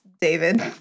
David